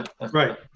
Right